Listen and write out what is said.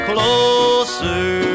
Closer